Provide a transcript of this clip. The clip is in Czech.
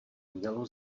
mělo